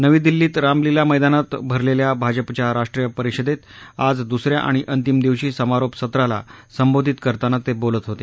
नवी दिल्लीत रामलिला मैदानात भरलेल्या भाजपाच्या राष्ट्रीय परिषदेत आज दुस या आणि अंतिम दिवशी समारोप सत्राला संबोधित करताना ते बोलत होते